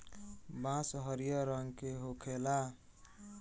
बांस हरियर रंग के होखेला